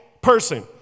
person